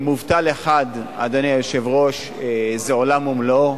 מובטל אחד, אדוני היושב-ראש, זה עולם ומלואו.